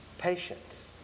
Patience